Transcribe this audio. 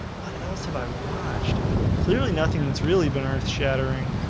what else have i watched clearly nothing that's really been earth shattering